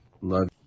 Love